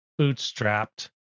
bootstrapped